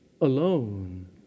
alone